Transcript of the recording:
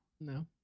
no